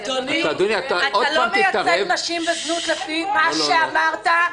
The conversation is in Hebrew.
אדוני, אתה לא מייצג נשים בזנות, לפי מה שאמרת.